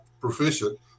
proficient